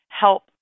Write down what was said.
help